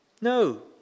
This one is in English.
No